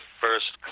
first